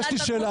יש לי שאלה,